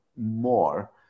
more